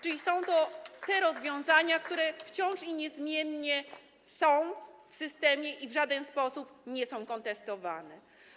Czyli są to te rozwiązania, które wciąż i niezmiennie są w systemie i w żaden sposób nie są kontestowane.